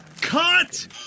Cut